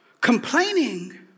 Complaining